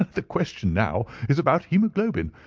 the question now is about hoemoglobin.